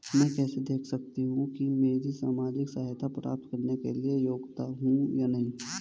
मैं कैसे देख सकती हूँ कि मैं सामाजिक सहायता प्राप्त करने के योग्य हूँ या नहीं?